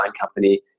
company